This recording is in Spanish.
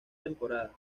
temporada